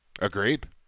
agreed